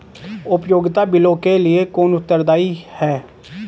उपयोगिता बिलों के लिए कौन उत्तरदायी है?